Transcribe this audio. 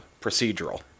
procedural